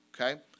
okay